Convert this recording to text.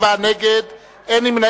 בעד, 10, 57 נגד, אין נמנעים.